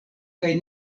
kaj